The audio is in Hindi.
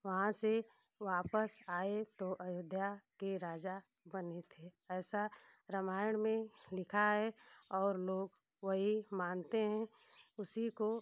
वहाँ से वापस आए तो अयोध्या के राजा बने थे ऐसा रामायण में लिखा है और लोग वही मानते हैं उसी को